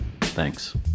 Thanks